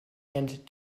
and